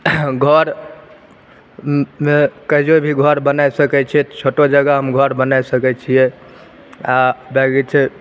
घर मे कहियोभी घर बना सकै छियै तऽ छोटो जगहमे घर बना सकै छियै आ बैगी छै